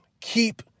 keep